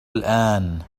الآن